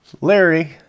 Larry